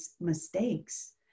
mistakes